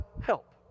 help